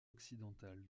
occidental